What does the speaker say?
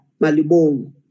Malibong